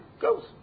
goes